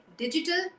digital